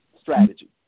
strategy